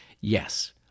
Yes